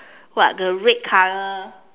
what the red color